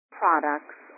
products